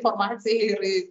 informaciją ir